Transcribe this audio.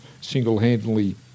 single-handedly